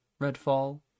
Redfall